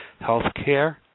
Healthcare